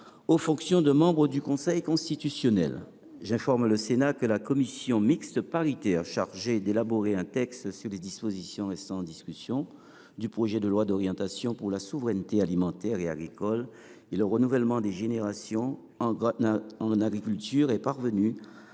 aux fonctions de membres du Conseil constitutionnel. J’informe le Sénat que la commission mixte paritaire chargée d’élaborer un texte sur les dispositions restant en discussion du projet de loi d’orientation pour la souveraineté alimentaire et agricole et le renouvellement des générations en agriculture est parvenue